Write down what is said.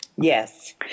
Yes